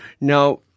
Now